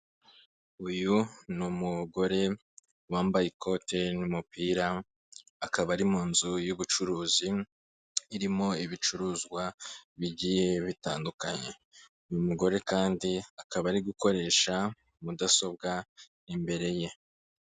Uyu ni umugore wambaye ikote n'umupira akaba ari mu nzu y'ubucuruzi, irimo ibicuruzwa bigiye bitandukanye, uyu mugore kandi akaba ari gukoresha mudasobwa imbere ye.